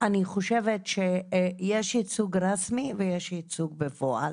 אני חושבת שיש ייצוג רשמי ויש ייצוג בפועל.